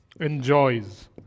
enjoys